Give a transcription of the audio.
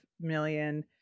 million